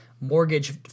mortgage –